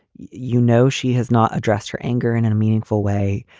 you know, she has not addressed her anger in and a meaningful way.